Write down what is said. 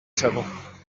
channel